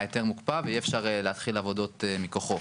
ההיתר מוקפא ואי אפשר להתחיל עבודות מכוחו.